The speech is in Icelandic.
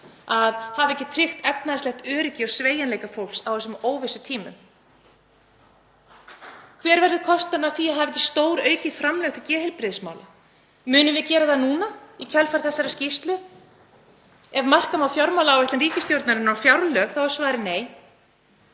að hafa ekki tryggt efnahagslegt öryggi og sveigjanleika fólks á þessum óvissutímum? Hver verður kostnaðurinn af því að hafa ekki stóraukið framlög til geðheilbrigðismála? Munum við gera það núna í kjölfar þessarar skýrslu? Ef marka má fjármálaáætlun ríkisstjórnarinnar og fjárlög þá er svarið nei.